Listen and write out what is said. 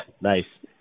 Nice